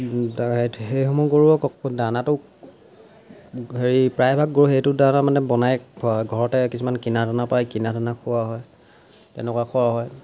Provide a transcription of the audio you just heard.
সেইসমূহ গৰুক দানাটো হেৰি প্ৰায়ভাগ গৰুক সেইটো দানা মানে বনাই ঘৰতে কিছুমান কিনা দানা পায় কিনা দানা খোওৱা হয় তেনেকুৱা খোওৱা হয়